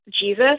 jesus